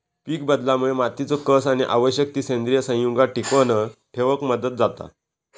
पीकबदलामुळे मातीचो कस आणि आवश्यक ती सेंद्रिय संयुगा टिकवन ठेवक मदत जाता